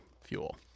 fuel